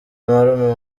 marume